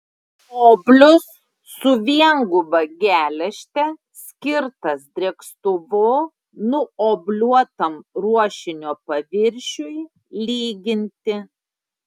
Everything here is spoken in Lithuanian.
oblius su vienguba geležte skirtas drėkstuvu nuobliuotam ruošinio paviršiui lyginti